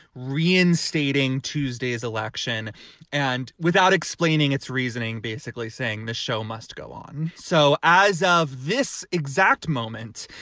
reinstating tuesdays election and without explaining its reasoning, basically saying the show must go on. so as of this exact moment,